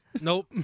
Nope